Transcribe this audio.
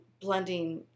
blending